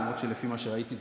למרות שלפי מה שראיתי,